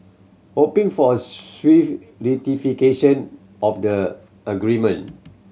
hoping for a swift ratification of the agreement